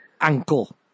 ankle